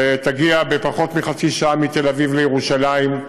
שתגיע בפחות מחצי שעה מתל-אביב לירושלים,